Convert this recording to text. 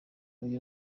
kelly